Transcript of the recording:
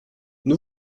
nous